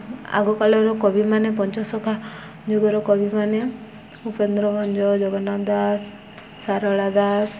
ଆଗକାଳର କବିମାନେ ପଞ୍ଚସଖା ଯୁଗର କବିମାନେ ଉପେନ୍ଦ୍ରଗଞ୍ଜ ଜଗନ୍ନାଥ ଦାସ ସାରଳା ଦାସ